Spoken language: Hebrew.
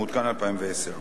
מעודכן ל-2010.